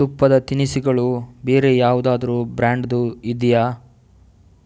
ತುಪ್ಪದ ತಿನಿಸುಗಳು ಬೇರೆ ಯಾವುದಾದ್ರೂ ಬ್ರ್ಯಾಂಡ್ದು ಇದೆಯಾ